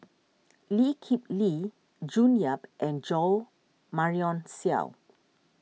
Lee Kip Lee June Yap and Jo Marion Seow